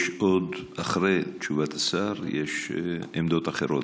אחרי תשובת השר יש עמדות אחרות.